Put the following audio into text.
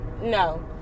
no